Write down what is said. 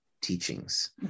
teachings